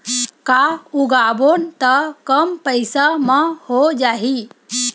का उगाबोन त कम पईसा म हो जाही?